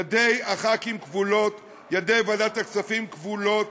ידי חברי הכנסת כבולות, ידי ועדת הכספים כבולות,